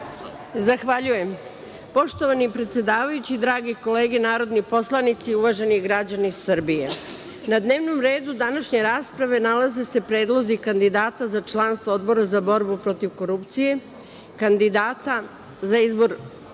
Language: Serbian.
Zahvaljujem. Poštovani predsedavajući, drage kolege narodni poslanici, uvaženi građani Srbije, na dnevnom redu današnje rasprave nalaze se predlozi kandidata za članstvo Odbora za borbu protiv korupcije, kandidata za izbor